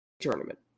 Tournament